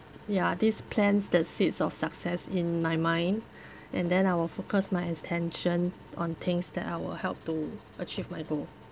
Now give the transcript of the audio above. ya these plans that seeds of success in my mind and then I will focus my attention on things that I will help to achieve my goal